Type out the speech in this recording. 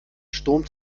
sturm